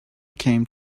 came